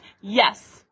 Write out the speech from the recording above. Yes